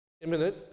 imminent